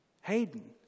Hayden